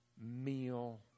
meal